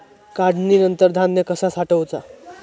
काढणीनंतर धान्य कसा साठवुचा?